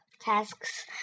tasks